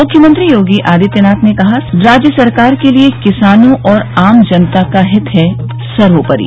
मुख्यमंत्री योगी आदित्यनाथ ने कहा राज्य सरकार के लिये किसानों और आम जनता का हित है सर्वोपरि